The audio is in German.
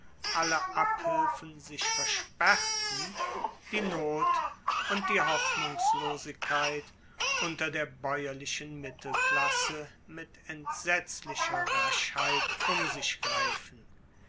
alle abhilfen sich versperrten die not und die hoffnungslosigkeit unter der baeuerlichen mittelklasse mit entsetzlicher raschheit um sich greifen